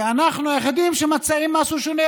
כי אנחנו היחידים שמציעים משהו שונה.